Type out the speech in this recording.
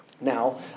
Now